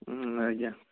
ଆଜ୍ଞା